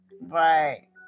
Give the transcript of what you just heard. Right